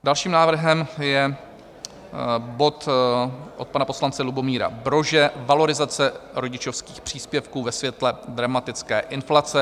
Dalším návrhem je od pana poslance Lubomíra Brože valorizace rodičovských příspěvků ve světle dramatické inflace.